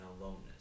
aloneness